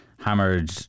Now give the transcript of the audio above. hammered